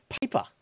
paper